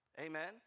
Amen